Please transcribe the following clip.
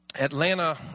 Atlanta